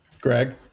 Greg